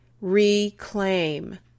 reclaim